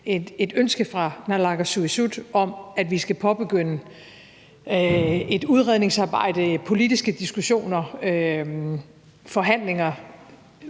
et ønske fra naalakkersuisut om, at vi skal påbegynde et udredningsarbejde, politiske diskussioner, forhandlinger,